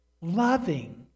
loving